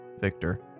Victor